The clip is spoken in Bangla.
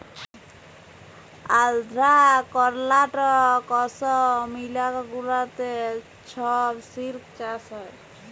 আল্ধ্রা, কর্লাটক, অসম ইলাকা গুলাতে ছব সিল্ক চাষ হ্যয়